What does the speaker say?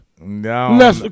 No